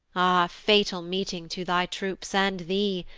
fatal meeting to thy troops and thee,